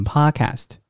Podcast